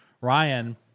Ryan